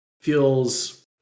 feels